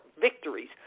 victories